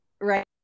right